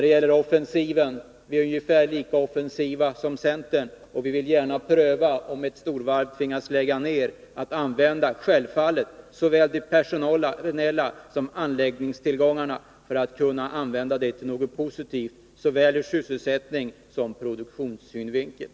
Sedan vill jag säga att vi är ungefär lika offensiva som centern. Om ett storvarv tvingas lägga ner, vill vi självfallet använda både de personella resurserna och anläggningstillgångarna till något positivt, såväl ur sysselsättningssom produktionssynvinkel.